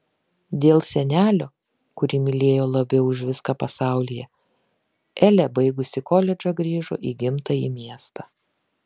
dėl senelio kurį mylėjo labiau už viską pasaulyje elė baigusi koledžą grįžo į gimtąjį miestą